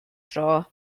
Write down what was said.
dro